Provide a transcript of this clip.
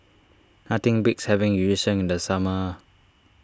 nothing beats having Yu Sheng in the summer